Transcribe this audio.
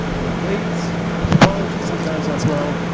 their weights, their etymology sometimes as well,